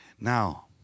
Now